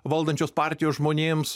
valdančios partijos žmonėms